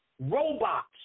robots